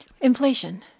inflation